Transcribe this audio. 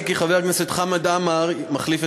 הודעתי כי חבר הכנסת חמד עמאר מחליף את